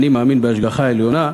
אני מאמין בהשגחה העליונה,